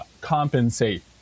compensate